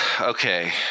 okay